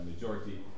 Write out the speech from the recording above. majority